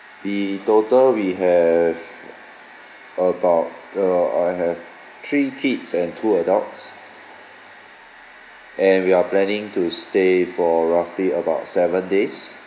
in total we have about uh I have three kids and two adults and we're planning to stay for roughly about seven days